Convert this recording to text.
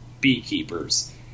beekeepers